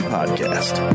podcast